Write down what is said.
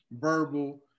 verbal